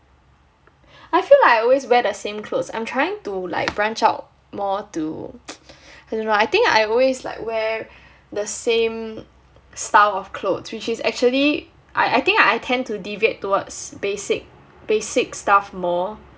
I feel like I always wear the same clothes I'm trying to like branch out more to I don't know I think I always like wear the same style of clothes which is actually I I think I tend to deviate towards basic basic stuff more